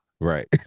right